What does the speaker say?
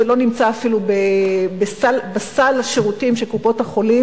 זה לא נמצא בסל השירותים של קופות-החולים,